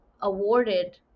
awarded